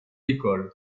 d’école